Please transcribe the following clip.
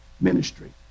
ministry